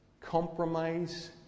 compromise